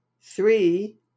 three